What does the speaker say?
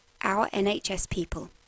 OurNHSPeople